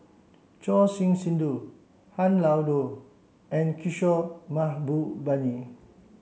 Choor Singh Sidhu Han Lao Da and Kishore Mahbubani